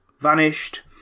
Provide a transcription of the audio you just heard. vanished